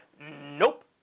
Nope